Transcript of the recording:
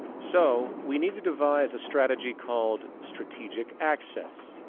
so, we need to devise a strategy called strategic access.